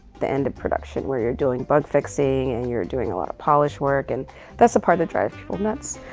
the end of production, where you're doing bug fixing and you're doing a lot of polish work. and that's the part that drives people nuts.